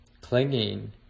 clinging